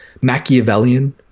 Machiavellian